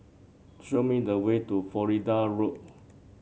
show me the way to Florida Road